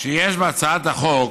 שיש בהצעת החוק